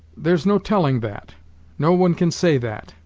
there's no telling that no one can say that,